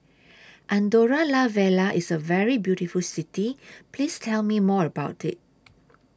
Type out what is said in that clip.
Andorra La Vella IS A very beautiful City Please Tell Me More about IT